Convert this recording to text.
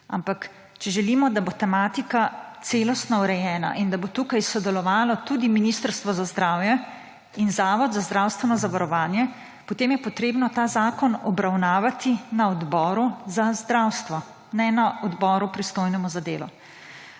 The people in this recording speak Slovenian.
Ampak če želimo, da bo tematika celostno urejena in da bosta tukaj sodelovala tudi Ministrstvo za zdravje in Zavod za zdravstveno zavarovanje, potem je potrebno ta zakon obravnavati na Odboru za zdravstvo, ne na odboru, pristojnem za delo.